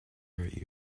her